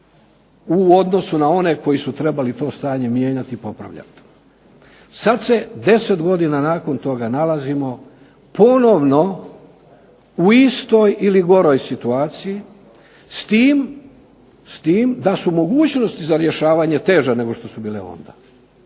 u odnosu na one koji su trebali to stanje mijenjati i popravljati. Sad se 10 godina nakon toga nalazimo ponovno u istoj ili goroj situaciji, s tim da su mogućnosti za rješavanje teže nego što su bile onda.